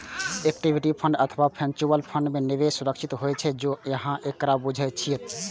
equity fund अथवा mutual fund मे निवेश सुरक्षित होइ छै, जौं अहां एकरा बूझे छियै तब